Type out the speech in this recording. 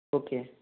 okay